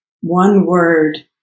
one-word